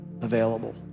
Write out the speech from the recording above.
available